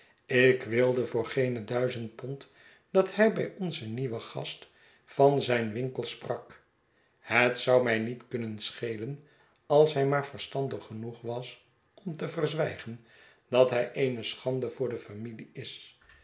ik wilde voor geene duizend pond dat hij bij onzen nieuwen gast van zijn winkel sprak het zou mij niei kunnen schelen als hij maar verstandig genoeg was om te verzwijgen dat hij eene schande voor de familie is